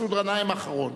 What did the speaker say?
מסעוד גנאים אחרון.